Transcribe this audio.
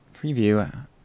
preview